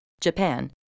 Japan